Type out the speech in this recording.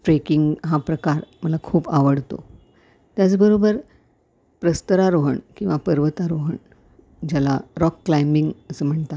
trekking हा प्रकार मला खूप आवडतो त्याचबरोबर प्रस्तरााररोहण किंवा पर्वतारोहण ज्याला रॉक क्लाइम्बिंग असं म्हणतात